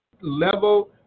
level